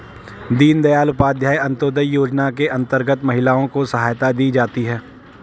दीनदयाल उपाध्याय अंतोदय योजना के अंतर्गत महिलाओं को सहायता दी जाती है